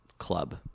club